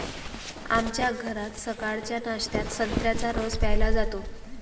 आमच्या घरात सकाळच्या नाश्त्यात संत्र्याचा रस प्यायला जातो